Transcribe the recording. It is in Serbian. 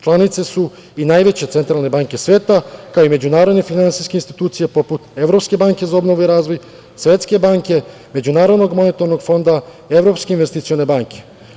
Članice su i najveće centralne banke sveta, kao i međunarodne finansijske institucije, poput Evropske banke za obnovu i razvoj, Svetske banke, MMF, Evropske investicione banke.